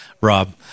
Rob